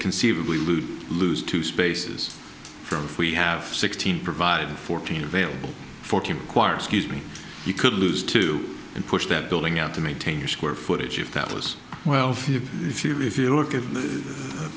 conceivably loop lose two spaces from if we have sixteen provided fourteen available forty quire scuse me you could lose two and push that building out to maintain your square footage if that was twelve if you if you look at